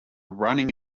running